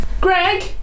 Greg